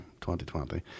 2020